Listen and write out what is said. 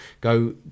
go